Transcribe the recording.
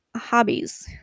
Hobbies